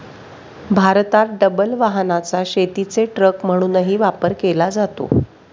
भारतात डबल वाहनाचा शेतीचे ट्रक म्हणूनही वापर केला जातो